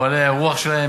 באוהלי האירוח שלהם,